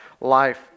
life